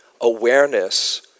awareness